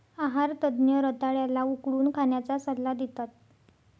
आहार तज्ञ रताळ्या ला उकडून खाण्याचा सल्ला देतात